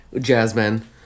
Jasmine